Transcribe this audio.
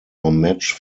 match